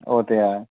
ओह् ते ऐ